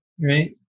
right